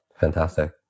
Fantastic